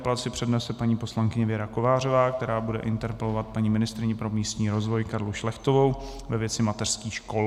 První interpelaci přednese paní poslankyně Věra Kovářová, která bude interpelovat paní ministryni pro místní rozvoj Karlu Šlechtovou ve věci mateřských škol.